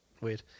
Weird